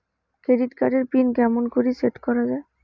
Credit card এর pin কেমন করি সেট করা য়ায়?